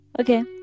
okay